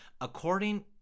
According